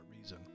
reason